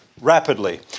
rapidly